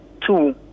two